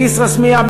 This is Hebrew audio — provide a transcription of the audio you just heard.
כסרא-סמיע,